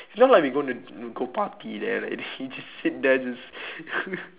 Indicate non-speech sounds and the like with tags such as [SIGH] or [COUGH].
it's not like you gonna you go party there like you you just sit there just [LAUGHS]